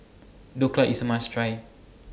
Dhokla IS A must Try